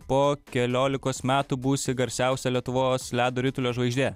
po keliolikos metų būsi garsiausia lietuvos ledo ritulio žvaigždė